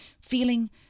feeling